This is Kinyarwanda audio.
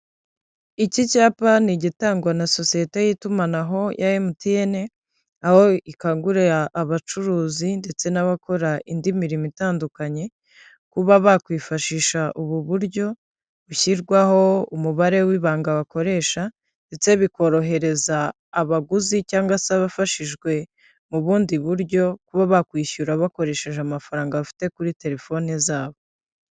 Iki cyapa ni igitangwa na sosiyete y'itumanaho ya MTN, aho ikangurira abacuruzi ndetse n'abakora indi mirimo itandukanye, kuba bakwifashisha ubu buryo, bushyirwaho umubare w'ibanga bakoresha ndetse bikorohereza abaguzi cyangwa se abafashijwe mu bundi buryo, kuba bakwishyura bakoresheje amafaranga bafite kuri terefone zabo.